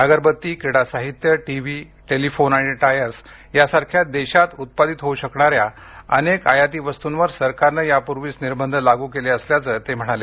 अगरबत्ती क्रीडा साहित्य टीवी टेलिफोन आणि टायर्स यासारख्या देशात उत्पादित होऊ शकणाऱ्या अनेक आयाती वस्तूंवर सरकारनं यापूर्वीच निर्बंध लागू केले असल्याचं ते म्हणाले